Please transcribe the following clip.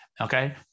okay